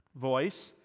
voice